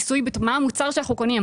מה המוצר שאנחנו קונים,